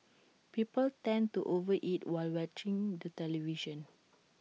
people tend to over eat while watching the television